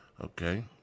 okay